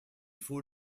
faut